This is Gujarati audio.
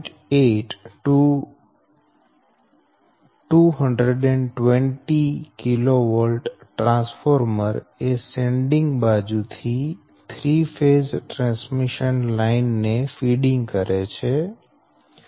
8220 kV ટ્રાન્સફોર્મર એ સેન્ડીંગ બાજુ થી થ્રી ફેઝ ટ્રાન્સમિશન લાઈન ને ફીડિંગ કરે છે